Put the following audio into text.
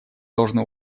должны